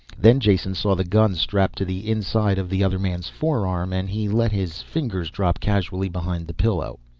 then jason saw the gun strapped to the inside of the other man's forearm, and he let his fingers drop casually behind the pillow.